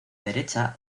derecha